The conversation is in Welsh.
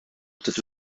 dydw